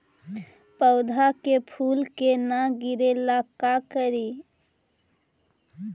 पौधा के फुल के न गिरे ला का करि?